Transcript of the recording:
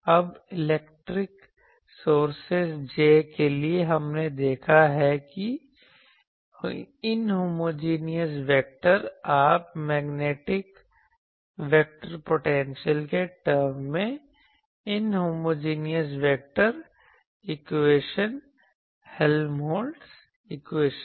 अब electric sources J के लिए हमने देखा है कि इन्होमोजेनियस वेक्टर आप मैग्नेटिक वेक्टर पोटेंशियल के टरम में इन्होमोजेनियस वेक्टर हेल्महोल्त्ज़ इक्वेशन